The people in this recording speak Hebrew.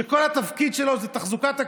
שכל התפקיד שלו זה תחזוקת הקואליציה,